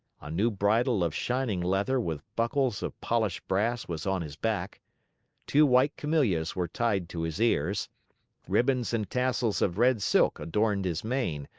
a new bridle of shining leather with buckles of polished brass was on his back two white camellias were tied to his ears ribbons and tassels of red silk adorned his mane,